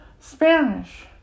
Spanish